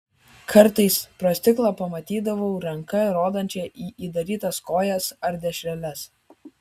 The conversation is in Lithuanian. kartais pro stiklą pamatydavau ranką rodančią į įdarytas kojas ar dešreles